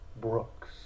Brooks